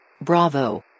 Bravo